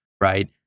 right